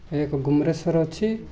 ଏହା ଏକ ଗୁମ୍ରେଶ୍ଵର ଅଛି